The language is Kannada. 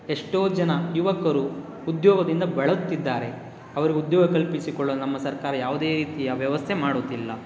ಎಷ್ಟೋ ಜನ ಯುವಕರು ಉದ್ಯೋಗದಿಂದ ಬಳಲ್ತಿದ್ದಾರೆ ಅವ್ರಿಗೆ ಉದ್ಯೋಗ ಕಲ್ಪಿಸಿಕೊಳ್ಳಲು ನಮ್ಮ ಸರ್ಕಾರ ಯಾವುದೇ ರೀತಿಯ ವ್ಯವಸ್ಥೆ ಮಾಡುತ್ತಿಲ್ಲ